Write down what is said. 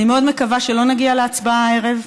אני מאוד מקווה שלא נגיע להצבעה הערב,